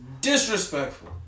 disrespectful